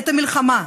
את המלחמה,